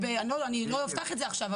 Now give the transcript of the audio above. אני לא אפתח את זה עכשיו,